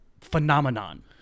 phenomenon